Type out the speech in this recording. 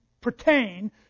pertain